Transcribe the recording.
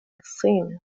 الصين